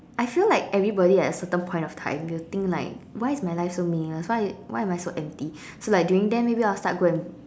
I feel like everybody at a certain point of time will think like why is my life so meaningless why why am I so empty so like during then maybe I'll start go and